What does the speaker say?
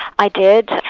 i did.